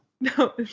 No